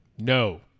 No